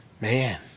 Man